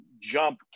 jump